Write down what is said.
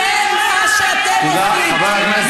זה מה שאתם רוצים.